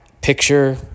Picture